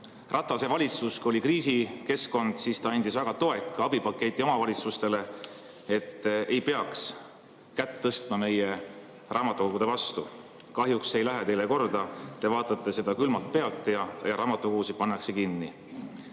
Ratase valitsus andis kriisikeskkonnas väga toeka abipaketi omavalitsustele, et ei peaks kätt tõstma meie raamatukogude vastu. Kahjuks ei lähe see teile korda, te vaatate seda külmalt pealt ja raamatukogusid pannakse kinni.